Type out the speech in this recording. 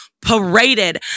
paraded